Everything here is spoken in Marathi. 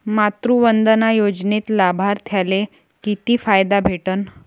मातृवंदना योजनेत लाभार्थ्याले किती फायदा भेटन?